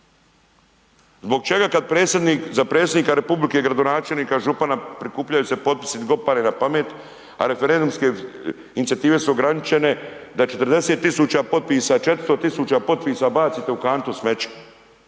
Zbog čega za predsjednika Republike i gradonačelnika, župana prikupljaju se potpisi di kom padne na pamet, a referendumske inicijative su ograničene da je 400.000 potpisa bacite u kantu za smeće.